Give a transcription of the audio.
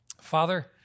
Father